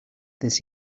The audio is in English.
this